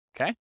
okay